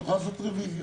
אפשר לעשות רביזיה.